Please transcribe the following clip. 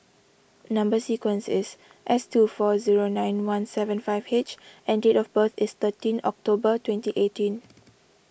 Number Sequence is S two four zero nine one seven five H and date of birth is thirteen October twenty eighteen